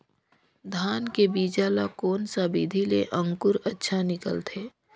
धान के बीजा ला कोन सा विधि ले अंकुर अच्छा निकलथे?